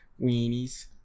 weenies